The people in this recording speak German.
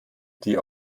die